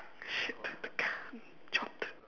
shit dropped